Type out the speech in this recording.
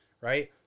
right